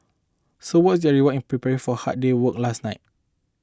so what's your reward in prepare for hard day work last night